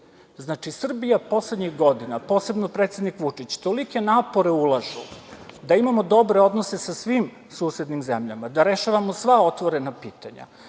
Znači, Srbija poslednjih godina, posebno predsednik Vučić, tolike napore ulaže da imamo dobre odnose sa svim susednim zemljama, da rešavamo sva otvorena pitanja.